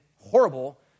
horrible